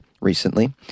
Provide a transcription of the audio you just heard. recently